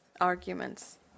arguments